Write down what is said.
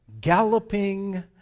galloping